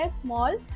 Small